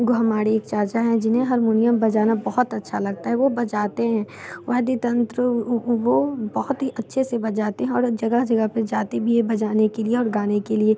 हमारे चाचा हैं जिन्हें हरमोनियम बजाना बहुत अच्छा लगता है वो बजाते हैं वाद्य तंत्र वो बहुत ही अच्छे से बजाते हैं और जगह जगह पर जाते भी हैं बजाने के लिए और गाने के लिए